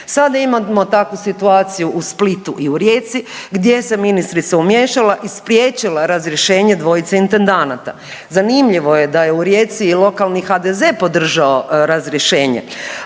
Sada imamo takvu situaciju u Splitu i u Rijeci gdje se ministrica umiješala i spriječila razrješenje dvojice intendanata. Zanimljivo je da je u Rijeci i lokalni HDZ podržao razrješenje,